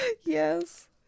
Yes